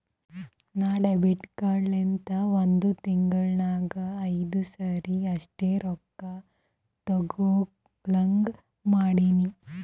ನಾ debit card ಲಿಂತ ಒಂದ್ ತಿಂಗುಳ ನಾಗ್ ಐಯ್ದು ಸರಿ ಅಷ್ಟೇ ರೊಕ್ಕಾ ತೇಕೊಳಹಂಗ್ ಮಾಡಿನಿ